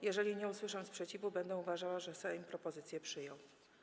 Jeżeli nie usłyszę sprzeciwu, będę uważała, że Sejm propozycję przyjął.